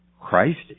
Christ